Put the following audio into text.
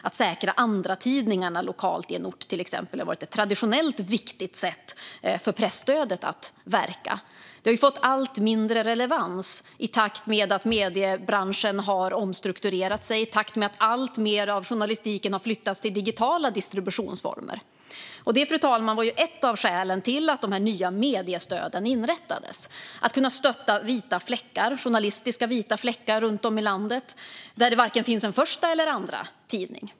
Att till exempel säkra andratidningarna lokalt på en ort har traditionellt varit ett viktigt sätt för presstödet att verka. Detta har fått allt mindre relevans i takt med att mediebranschen har omstrukturerat sig och i takt med att alltmer av journalistiken har flyttats till digitala distributionsformer. Det, fru talman, var ett av skälen till att de nya mediestöden inrättades - att kunna stötta journalistiska vita fläckar runt om i landet där det varken finns en första eller en andra tidning.